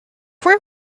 where